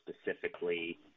specifically